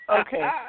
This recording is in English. Okay